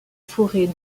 forêt